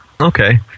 Okay